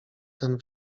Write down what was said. ten